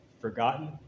Forgotten